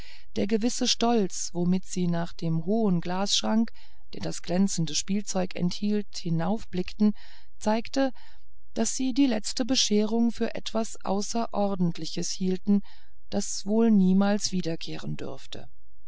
der gewisse stolz womit sie nach dem hohen glasschrank der das glänzende spielzeug enthielt heraufblickten zeigte daß sie die letzte bescherung für etwas außerordentliches hielten das wohl niemals wiederkehren dürfte